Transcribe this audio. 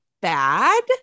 bad